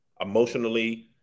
emotionally